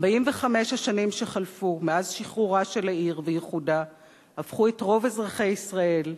45 השנים שחלפו מאז שחרורה של העיר ואיחודה הפכו את רוב אזרחי ישראל,